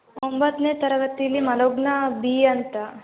ಒಂಬತ್ತನೇ ತರಗತೀಲಿ ಮನೋಗ್ನ ಬಿ ಅಂತ